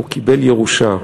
הוא קיבל ירושה,